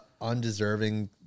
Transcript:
undeserving